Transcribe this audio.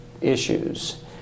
issues